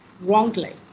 wrongly